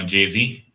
Jay-Z